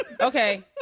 okay